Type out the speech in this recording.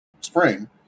spring